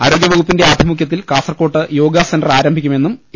ആരോഗ്യവകുപ്പിന്റെ ആഭിമുഖ്യത്തിൽ കാസർകോട്ട് യോഗ സെന്റർ ആരംഭിക്കുമെന്നും എ